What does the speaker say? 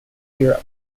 europe